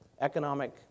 economic